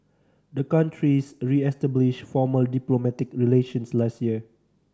the countries reestablished formal diplomatic relations last year